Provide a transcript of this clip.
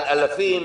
על אלפים?